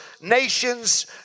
nations